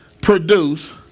produce